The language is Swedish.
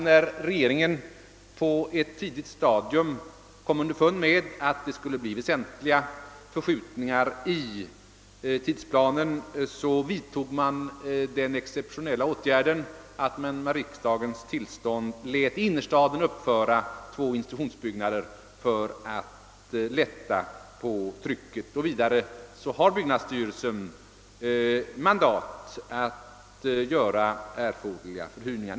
När regeringen på ett tidigt stadium kom underfund med att det skulle bli väsentliga förskjutningar i tidsplanen, vidtogs den exceptionella åtgärden att man med riksdagens tillstånd lät i innerstaden uppföra två institutionsbyggnader för att lätta på trycket. Dessutom har byggnadsstyrelsen mandat att göra erforderliga förhyrningar.